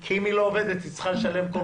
כי אם היא לא עובדת היא צריכה לשלם כול